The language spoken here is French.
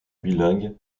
bilingue